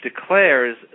declares